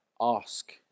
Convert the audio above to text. ask